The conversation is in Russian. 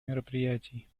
мероприятий